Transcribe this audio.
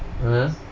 !huh!